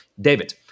David